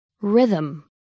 Rhythm